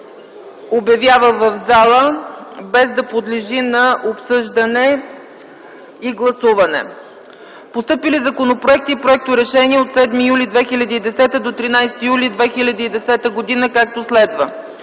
обявява в зала без да подлежи на обсъждане и гласуване. Постъпили законопроекти и проекторешения от 7 юли 2010 г. до 13 юли 2010 г., както следва: